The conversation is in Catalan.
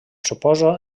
suposa